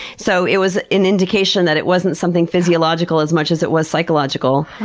so it was an indication that it wasn't something physiological as much as it was psychological,